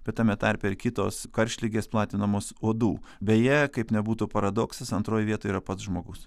bet tame tarpe ir kitos karštligės platinamos uodų beje kaip nebūtų paradoksas antroj vietoj yra pats žmogus